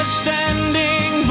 standing